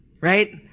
Right